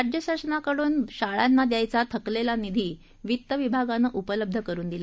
राज्य शासनाकडून शाळांना द्यायचा थकलेला निधी वित्तविभागानं उपलब्ध करून दिला